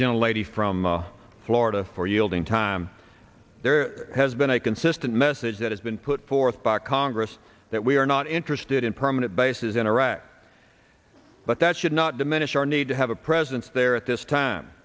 generally from florida for yielding time there has been a consistent message that has been put forth by congress that we are not interested in permanent bases in iraq but that should not diminish our need to have a presence there at this time